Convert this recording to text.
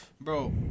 Bro